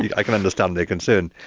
yeah i can understand their concern.